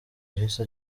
yahise